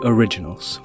Originals